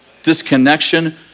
Disconnection